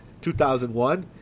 2001